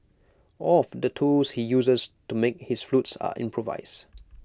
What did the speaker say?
all of the tools he uses to make his flutes are improvised